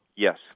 Yes